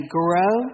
grow